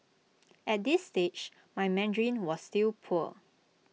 at this stage my Mandarin was still poor